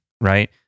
Right